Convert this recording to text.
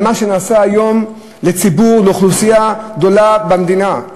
מה שנעשה היום לציבור, לאוכלוסייה גדולה במדינה,